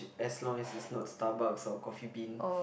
as long as it's not Starbucks or Coffee Bean